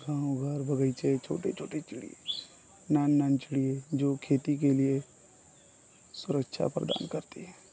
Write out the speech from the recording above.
गाँव घर बग़ीचे छोटे छोटे चिड़ियाँ नान नान चिड़ियाँ जो खेती के लिए सुरक्षा प्रदान करती हैं